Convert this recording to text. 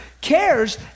cares